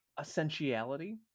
essentiality